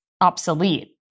obsolete